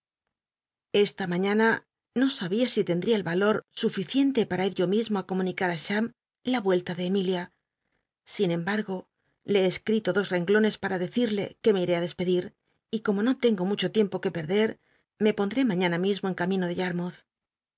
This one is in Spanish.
esta mañana no sabia si temll'ia el alor sufia ir yo mismo ü comunicar á cham la cien te par emilia sin embargo le he escrito dos de vuelta renglones para decil'le qn c me íré i despedir y como no lcngo mucho tiempo que perder me pondré mañana mismo en camino de